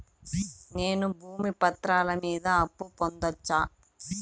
నేను భూమి పత్రాల మీద అప్పు పొందొచ్చా?